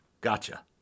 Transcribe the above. gotcha